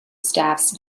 staffs